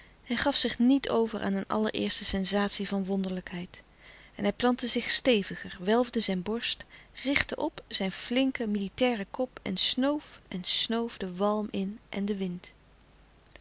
hij gaf zich niet over aan een allereerste sensatie van wonderlijkheid en hij plantte zich steviger welfde zijn borst richtte op zijn flinken militairen kop en snoof en snoof den walm in en den wind